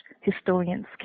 historians